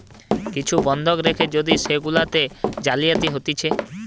কিছু বন্ধক রেখে যদি সেগুলাতে জালিয়াতি হতিছে